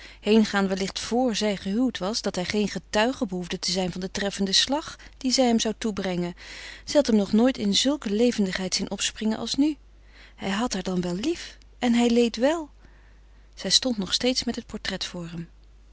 heengaan wellicht vor zij gehuwd was dat hij geen getuige behoefde te zijn van den treffenden slag dien zij hem zou toebrengen zij had hem nog nooit in zulke levendigheid zien opspringen als nu hij had haar dan wel lief en hij leed wel zij stond nog steeds met het portret voor